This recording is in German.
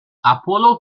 apollo